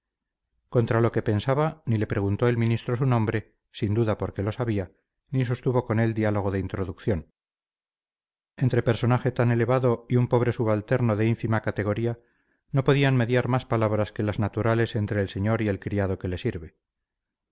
contra lo que pensaba ni le preguntó el ministro su nombre sin duda porque lo sabía ni sostuvo con él diálogo de introducción entre personaje tan elevado y un pobre subalterno de ínfima categoría no podían mediar más palabras que las naturales entre el señor y el criado que le sirve